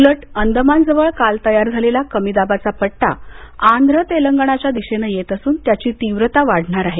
उलट अंदमान जवळ काल तयार झालेला कमी दाबाचा पट्टा आंध्र तेलंगणाच्या दिशेनं येत असून त्याची तीव्रता वाढणार आहे